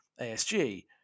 ASG